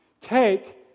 Take